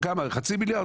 כמה, חצי מיליארד?